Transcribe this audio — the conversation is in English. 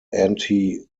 anti